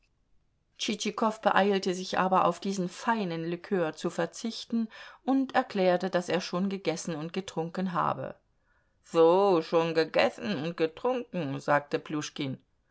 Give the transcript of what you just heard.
tschitschikow beeilte sich aber auf diesen feinen likör zu verzichten und erklärte daß er schon gegessen und getrunken habe so schon gegessen und getrunken sagte